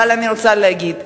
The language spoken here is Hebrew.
אבל אני רוצה להגיד: